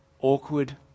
Awkward